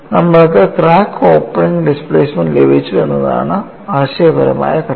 നമ്മൾക്ക് crack opening displacement ലഭിച്ചു എന്നതാണ് ആശയപരമായ ഘട്ടം